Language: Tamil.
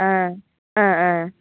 ஆ ஆ ஆ